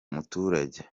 muturage